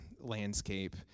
landscape